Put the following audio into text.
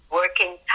working